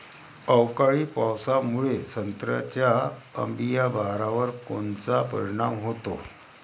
अवकाळी पावसामुळे संत्र्याच्या अंबीया बहारावर कोनचा परिणाम होतो?